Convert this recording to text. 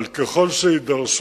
אבל ככל שיידרשו,